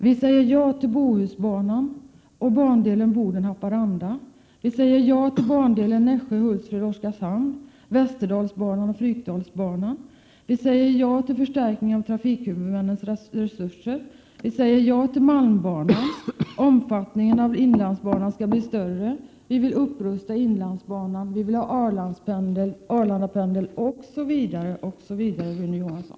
Vi säger ja till Bohusbanan och bandelen Boden Haparanda. Vi säger ja till bandelen Nässjö-Hultsfred-Oskarshamn, till Västerdalsbanan och Fryksdalsbanan. Vi säger ja till en förstärkning av trafikhuvudmännens resurser. Vi säger ja till malmbanan och till en utökning av inlandsbanans omfattning. Vi vill upprusta inlandsbanan, och vi vill ha Arlandapendeln osv., Rune Johansson.